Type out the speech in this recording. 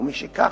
ומשכך,